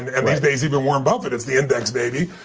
and and these days, even warren buffet, it's the index baby.